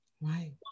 Right